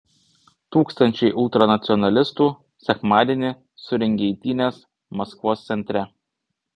tūkstančiai ultranacionalistų sekmadienį surengė eitynes maskvos centre